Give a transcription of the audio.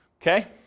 okay